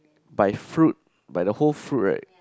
by fruit by the whole fruit right